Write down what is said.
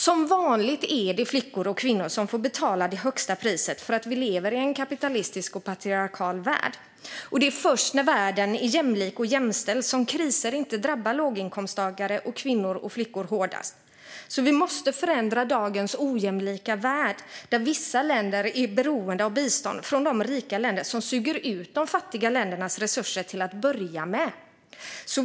Som vanligt är det flickor och kvinnor som får betala det högsta priset för att vi lever i en kapitalistisk och patriarkal värld. Det är först när världen är jämlik och jämställd som kriser inte drabbar låginkomsttagare och kvinnor och flickor hårdast. Vi måste förändra dagens ojämlika värld, där vissa länder är beroende av bistånd från de rika länder som suger ut de fattiga ländernas resurser till att börja med.